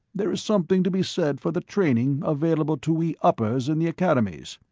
there is something to be said for the training available to we uppers in the academies.